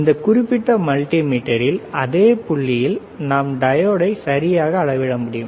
இந்த குறிப்பிட்ட மல்டிமீட்டரில் அதே புள்ளியில் நாம் டையோடை சரியாக அளவிட முடியும்